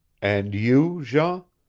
and you, jean? on